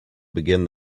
begin